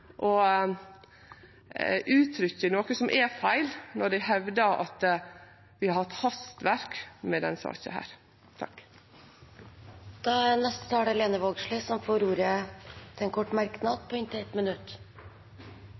og uttrykkjer noko som er feil, når dei hevdar at vi har hatt hastverk med denne saka. Representanten Lene Vågslid har hatt ordet to ganger og får ordet til en kort merknad, begrenset til 1 minutt.